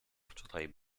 wczoraj